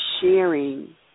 sharing